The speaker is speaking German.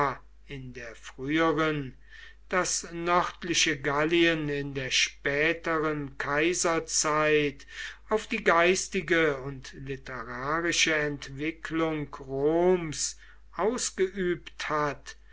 in der früheren das nördliche gallien in der späteren kaiserzeit auf die geistige und literarische entwicklung roms ausgeübt hat